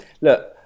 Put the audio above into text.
Look